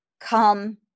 come